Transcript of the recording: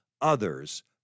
others